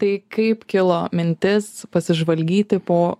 tai kaip kilo mintis pasižvalgyti po